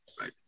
right